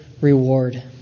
reward